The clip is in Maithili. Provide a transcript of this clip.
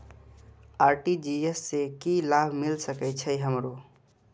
आर.टी.जी.एस से की लाभ मिल सके छे हमरो?